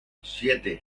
siete